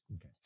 Okay